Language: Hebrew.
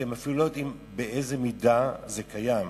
אתם אפילו לא יודעים באיזה מידה זה קיים.